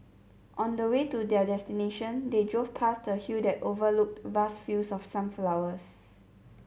on the way to their destination they drove past a hill that overlooked vast fields of sunflowers